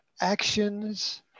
actions